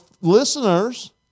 listeners